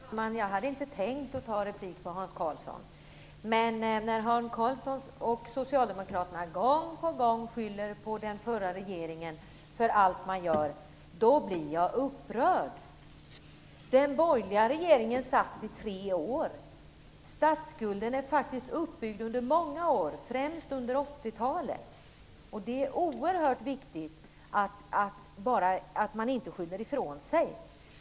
Herr talman! Jag hade inte tänkt att ta replik på Hans Karlsson, men jag blir upprörd när Hans Karlsson och socialdemokraterna gång på gång skyller på förra regeringen för allt som sker. Den borgerliga regeringen satt i tre år. Statsskulden är faktiskt uppbyggd under många år, främst under 80-talet. Det är oerhört viktigt att man inte skyller ifrån sig.